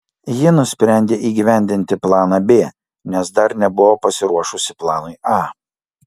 ji nusprendė įgyvendinti planą b nes dar nebuvo pasiruošusi planui a